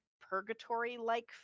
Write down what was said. purgatory-like